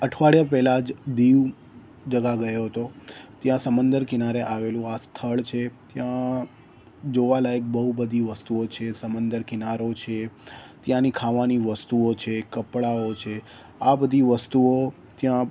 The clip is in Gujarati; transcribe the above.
અઠવાડિયા પહેલાં જ દીવ જગા ગયો હતો ત્યાં સમંદર કિનારે આવેલું આ સ્થળ છે ત્યા જોવાલાયક બહુ બધી વસ્તુઓ છે સમંદર કિનારો છે ત્યાંની ખાવાની વસ્તુઓ છે કપડાઓ છે આ બધી વસ્તુઓ ત્યાં